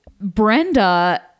Brenda